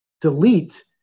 delete